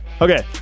Okay